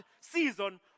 season